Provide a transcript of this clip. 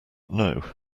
know